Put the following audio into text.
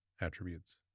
Attributes